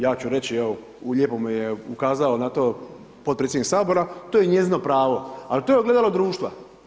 Ja ću reći evo, lijepo mi je ukazao na to potpredsjednik Sabora, to je njezino pravo, ali to je ogledalo društva.